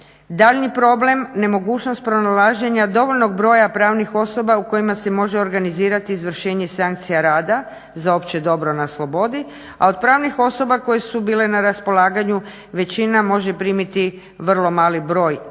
Daljnji problem nemogućnost pronalaženja dovoljnog broja pravnih osoba u kojima se može organizirati izvršenje sankcija rada za opće dobro na slobodi, a od pravnih osoba koje su bile na raspolaganju većina može primiti vrlo mali broj